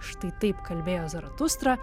štai taip kalbėjo zaratustra